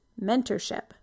mentorship